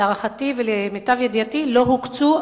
להערכתי ולמיטב ידיעתי לא הוקצו,